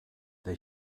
they